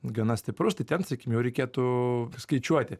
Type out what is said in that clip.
gana stiprus tai ten sakykim jau reikėtų skaičiuoti